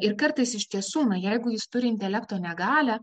ir kartais iš tiesų na jeigu jis turi intelekto negalią